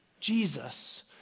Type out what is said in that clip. Jesus